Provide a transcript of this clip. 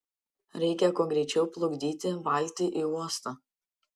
reikia kuo greičiau plukdyti valtį į uostą